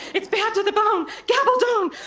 it's bad to the bone, gabaldon!